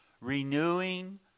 renewing